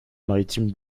maritimes